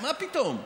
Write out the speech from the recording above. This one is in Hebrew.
מה פתאום?